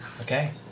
Okay